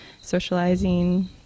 socializing